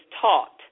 taught